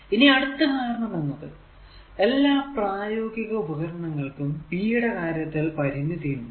ഇനി അടുത്ത കാരണം എന്നത് എല്ലാ പ്രായോഗിക ഉപകരണങ്ങൾക്കും p യുടെ കാര്യത്തിൽ പരിമിതി ഉണ്ട്